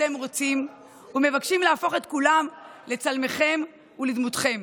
אתם רוצים ומבקשים להפוך את כולם בצלמכם ובדמותכם.